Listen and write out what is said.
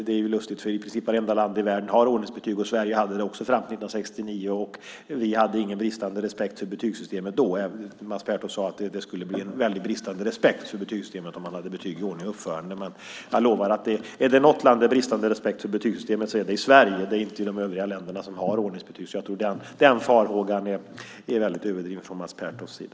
Det är lustigt, för i princip varenda land i världen har ordningsbetyg. Sverige hade det också fram till 1969. Vi hade ingen bristande respekt för betygssystemet då. Mats Pertoft sade att det skulle bli en bristande respekt för betygssystemet om man hade betyg i ordning och uppförande. Jag lovar att om det är något land där det är bristande respekt för betygssystemet är det i Sverige. Det är inte i de övriga länderna som har ordningsbetyg. Så jag tror att den farhågan är väldigt överdriven från Mats Pertofts sida.